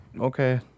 Okay